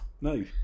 No